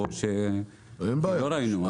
כי לא ראינו.